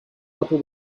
upper